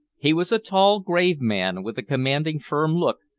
he was a tall grave man, with a commanding firm look,